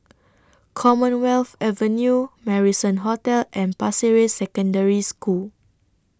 Commonwealth Avenue Marrison Hotel and Pasir Ris Secondary School